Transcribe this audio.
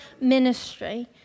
ministry